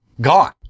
Gone